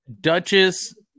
Duchess